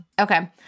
Okay